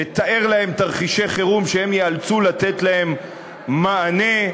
לתאר להם תרחישי חירום שהם ייאלצו לתת עליהם מענה,